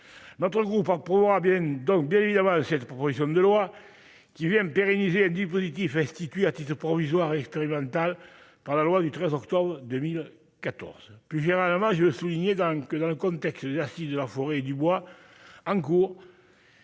en proie à Bienne, donc bien évidemment cette proposition de loi qui vient pérenniser a du positif institué à titre provisoire expérimental par la loi du 13 octobre 2014 puis viendra la main, je veux souligner donc que dans le contexte des Assises de la forêt et du bois en cours.